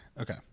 Okay